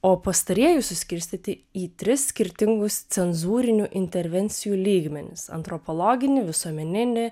o pastarieji suskirstyti į tris skirtingus cenzūrinių intervencijų lygmenis antropologinį visuomeninį